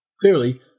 Clearly